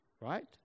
right